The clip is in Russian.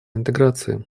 интеграции